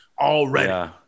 already